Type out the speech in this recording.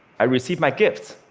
i received my gifts.